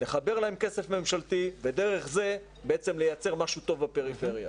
לחבר להן כסף ממשלתי ודרך זה בעצם לייצר משהו טוב בפריפריה.